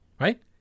right